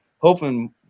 hoping